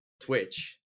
Twitch